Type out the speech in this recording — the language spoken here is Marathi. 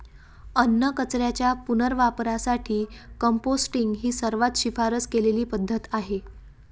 अन्नकचऱ्याच्या पुनर्वापरासाठी कंपोस्टिंग ही सर्वात शिफारस केलेली पद्धत आहे